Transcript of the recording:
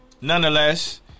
nonetheless